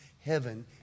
heaven